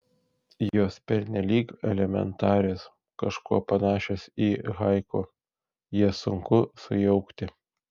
jos pernelyg elementarios kažkuo panašios į haiku jas sunku sujaukti